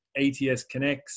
ATSConnects